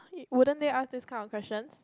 wouldn't they ask this kind of questions